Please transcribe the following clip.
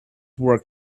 work